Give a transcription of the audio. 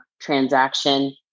transaction